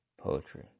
poetry